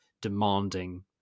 demanding